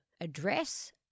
address